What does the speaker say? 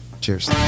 Cheers